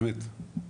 באמת,